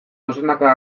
dozenaka